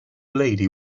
lady